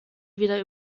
wieder